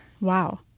Wow